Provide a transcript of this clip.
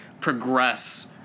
progress